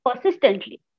persistently